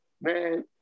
Man